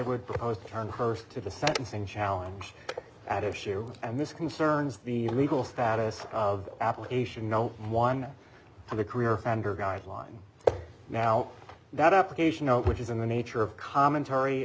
to turn her to the sentencing challenge at issue and this concerns the legal status of application no one on the career offender guideline now that up occasion which is in the nature of commentary